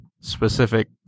specific